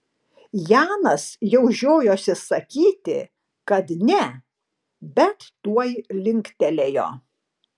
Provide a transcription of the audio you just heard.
janas jau žiojosi sakyti kad ne bet tuoj linktelėjo